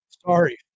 Sorry